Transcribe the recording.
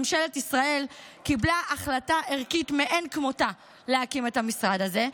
ממשלת ישראל קיבלה החלטה ערכית מאין כמותה להקים את המשרד הזה.